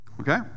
Okay